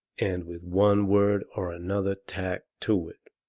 and with one word or another tacked to it,